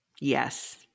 Yes